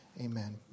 amen